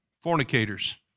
fornicators